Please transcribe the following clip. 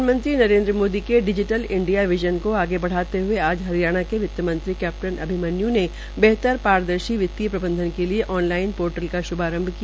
प्रधानमंत्री नरेन्द्र मोदी के digital India vision को आगे बढ़ाते हए आज हरियाणा के वित्त मंत्री कैप्टन अभिमन्य् ने बेहतर पारदर्शी वित्तीय प्रबंधन के लिए ऑन लाइन पोर्टल का शुभारम्भ किया